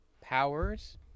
Powers